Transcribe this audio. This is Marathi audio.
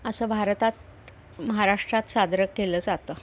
असं भारतात महाराष्ट्रात साजरं केलं जातं